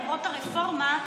למרות הרפורמה,